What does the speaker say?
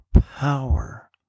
power